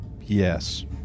Yes